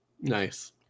nice